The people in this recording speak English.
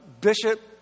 Bishop